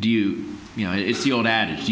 do you you know it's the old adage